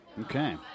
okay